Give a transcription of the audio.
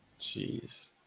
Jeez